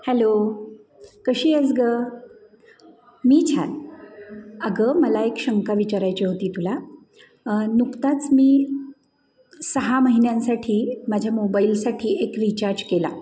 hello कशी आहेस गं मी छान अगं मला एक शंका विचारायची होती तुला नुकताच मी सहा महिन्यांसाठी माझ्या मोबाईलसाठी एक रिचार्ज केला